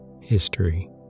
History